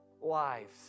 lives